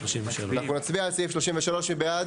אנחנו נצביע על סעיף 33. מי בעד?